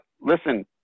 listen